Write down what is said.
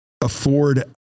afford